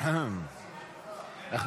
אנחנו